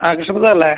ആ കൃഷ്ണപ്രസാദ് അല്ലേ